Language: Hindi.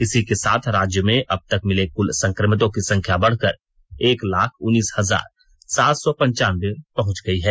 इसी के साथ राज्य में अब तक मिले कुल संक्रमितों की संख्या बढ़कर एक लाख उन्नीस हजार सात सौ पन्चानबे पहुंच गई है